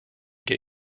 get